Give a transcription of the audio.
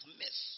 miss